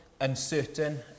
uncertain